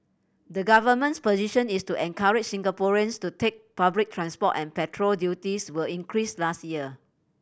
the government's position is to encourage Singaporeans to take public transport and petrol duties were increased last year